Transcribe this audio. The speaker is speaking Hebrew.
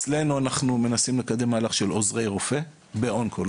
אנחנו מנסים לקדם מהלך של עוזרי רופא לאונקולוגיה.